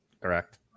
Correct